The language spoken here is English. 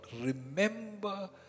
remember